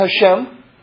Hashem